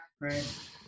Right